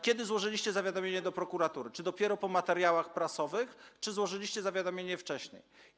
Kiedy złożyliście zawiadomienie do prokuratury, czy dopiero po materiałach prasowych, czy złożyliście je wcześniej?